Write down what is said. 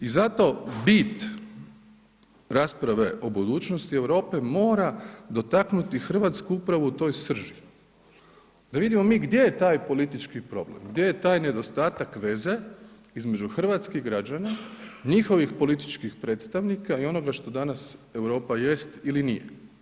I zato bit rasprave o budućnosti Europe mora dotaknuti Hrvatsku upravo u toj srži, da vidimo mi gdje je taj politički problem, gdje je taj nedostatak veze između hrvatskih građana, njihovih političkih predstavnika i onoga što danas Europa jest ili nije.